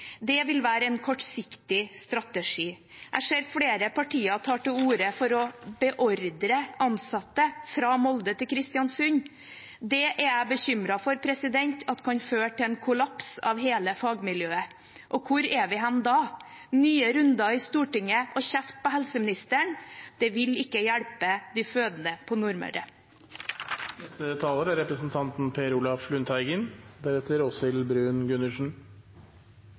Det vil være en kortsiktig strategi. Jeg ser at flere partier tar til orde for å beordre ansatte fra Molde til Kristiansund. Det er jeg bekymret for kan føre til en kollaps av hele fagmiljøet. Og hvor er vi da? Nye runder i Stortinget og kjeft på helseministeren vil ikke hjelpe de fødende på Nordmøre. Den formelle beslutningen om nedleggelse av fødeavdelingen i Kristiansund er